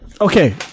Okay